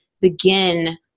begin